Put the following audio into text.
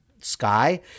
sky